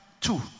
Two